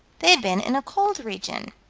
they had been in a cold region.